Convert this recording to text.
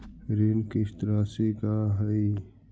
ऋण किस्त रासि का हई?